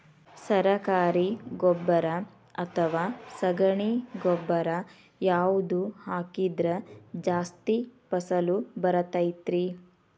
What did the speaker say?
ಸರಕಾರಿ ಗೊಬ್ಬರ ಅಥವಾ ಸಗಣಿ ಗೊಬ್ಬರ ಯಾವ್ದು ಹಾಕಿದ್ರ ಜಾಸ್ತಿ ಫಸಲು ಬರತೈತ್ರಿ?